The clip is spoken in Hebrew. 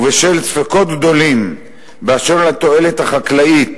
ובשל ספקות גדולים באשר לתועלת החקלאית